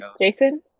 Jason